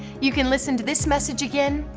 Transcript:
you can listen to this message again,